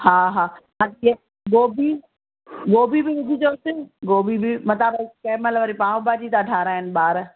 हा हा गोभी गोभी बि विझिजोसि गोभी बि मता भई कंहिंमहिल वरी पाव भाॼी त ठहाराइण ॿार